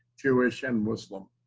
jewish, and muslim.